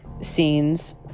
scenes